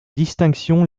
distinction